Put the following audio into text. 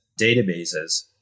databases